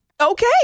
Okay